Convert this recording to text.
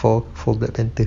for for black panther